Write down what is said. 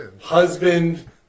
husband